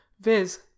viz